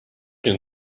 den